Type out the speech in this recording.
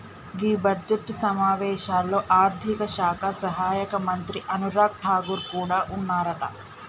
గీ budget సమావేశాల్లో ఆర్థిక శాఖ సహాయక మంత్రి అనురాగ్ ఠాగూర్ కూడా ఉన్నారట